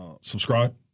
subscribe